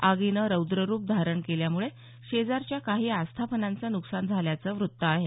आगीनं रौद्ररूप धारण केल्यामुळे शेजारच्या काही आस्थापनांचं नुकसान झाल्याचं वृत्त आहे